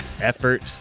effort